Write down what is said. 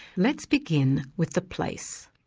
let's begin with the place.